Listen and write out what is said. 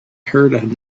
heard